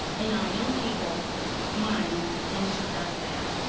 in our young people minds, and she does that.